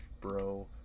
bro